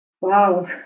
Wow